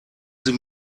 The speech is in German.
sie